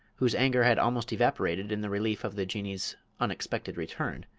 whose anger had almost evaporated in the relief of the jinnee's unexpected return,